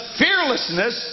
fearlessness